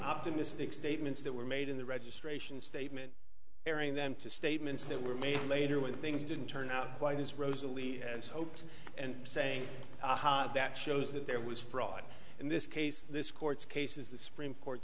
optimistic statements that were made in the registration statement airing them to statements that were made later when things didn't turn out quite as rosalie's as hoped and saying that shows that there was fraud in this case this court's cases the supreme court